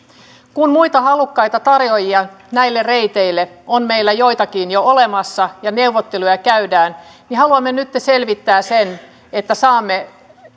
kun muita halukkaita tarjoajia näille reiteille on meillä joitakin jo olemassa ja neuvotteluja käydään niin haluamme nytten selvittää sen että saamme